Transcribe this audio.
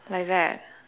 like that